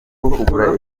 kugarura